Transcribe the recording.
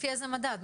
לפי איזה מדד?